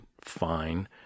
fine